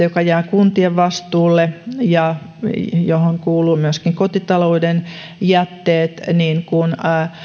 joka jää kuntien vastuulle ja johon kuuluvat myöskin kotitalouden jätteet kun